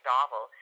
Novel